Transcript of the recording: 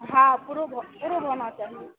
हाँ प्रूब हो प्रूब होना चाहिए